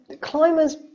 climbers